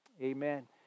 amen